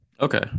okay